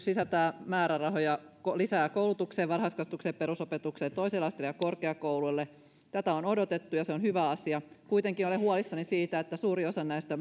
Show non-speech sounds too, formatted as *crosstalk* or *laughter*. *unintelligible* sisältää määrärahoja lisää koulutukseen varhaiskasvatukseen ja perusopetukseen toiselle asteelle ja korkeakouluille tätä on odotettu ja se on hyvä asia kuitenkin olen huolissani siitä että suuri osa näistä *unintelligible*